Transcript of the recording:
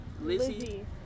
Lizzie